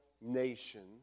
nations